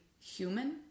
human